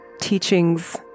teachings